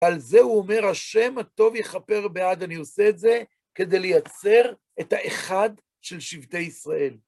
על זה הוא אומר, השם הטוב יכפר בעד, אני עושה את זה כדי לייצר את האחד של שבטי ישראל.